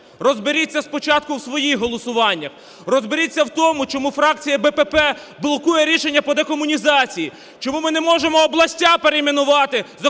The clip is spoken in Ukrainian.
Розберіться спочатку в своїх голосуваннях, розберіться в тому, чому фракція БПП блокує рішення по декомунізації, чому ми не можемо області перейменувати, зокрема